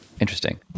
Interesting